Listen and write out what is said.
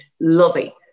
lovely